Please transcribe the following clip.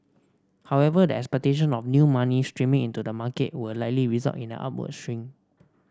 however the expectation of new money streaming into the market will likely result in an upward swing